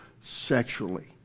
sexually